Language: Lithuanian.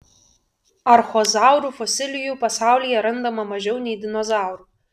archozaurų fosilijų pasaulyje randama mažiau nei dinozaurų